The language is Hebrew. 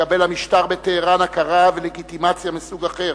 מקבל המשטר בטהרן הכרה ולגיטימציה מסוג אחר,